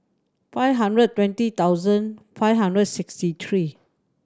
five hundred twenty thousand five hundred sixty three